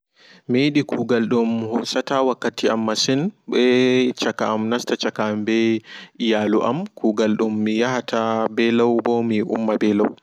Mi yiɗi kugam ɗum hosata wakkati am masin ɓe chaka am nasta chaka am ɓe iyalum kugal dum miyahata ɓe law ɓo mi umma be law.